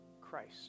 Christ